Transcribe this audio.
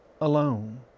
alone